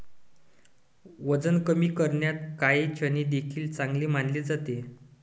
वजन कमी करण्यात काळे चणे देखील चांगले मानले जाते